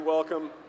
Welcome